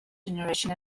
generation